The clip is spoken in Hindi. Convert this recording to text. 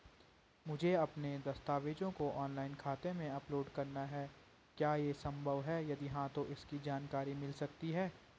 मुझे अपने दस्तावेज़ों को ऑनलाइन खाते में अपलोड करना है क्या ये संभव है यदि हाँ तो इसकी जानकारी मिल सकती है?